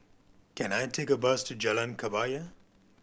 can I take a bus to Jalan Kebaya